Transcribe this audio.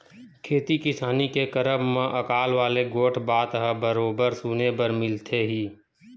खेती किसानी के करब म अकाल वाले गोठ बात ह बरोबर सुने बर मिलथे ही